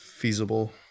feasible